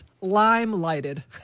lime-lighted